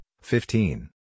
fifteen